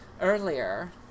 earlier